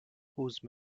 whose